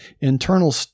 internal